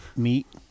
Meat